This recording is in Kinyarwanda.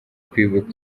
kwibuka